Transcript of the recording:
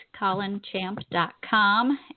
colinchamp.com